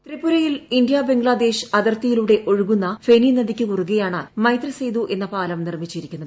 ത്രിപുരയിൽ ഇന്ത്യ ബംഗ്ലാദേശ് അതിർത്തിയിലൂടെ ഒഴുകുന്ന ഫെനി നദിയ്ക്ക് കുറുകെയാണ് മൈത്രി സേതു എന്ന പാലം നിർമ്മിച്ചിരിക്കുന്നത്